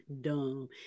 Dumb